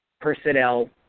personnel